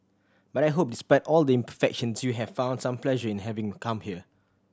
but I hope despite all the imperfections you have found some pleasure in having come here